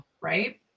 Right